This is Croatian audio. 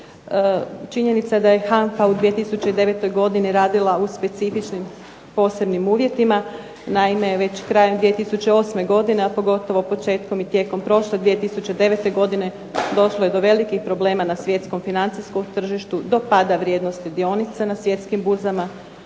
Činjenica da je HANFA u 2009. godini radila u specifičnim posebnim uvjetima. Naime, već krajem 2008. godine, a pogotovo početkom i tijekom prošle 2009. godine došlo je do velikih problema na svjetskom financijskom tržištu, do pada vrijednosti dionica na svjetskim burzama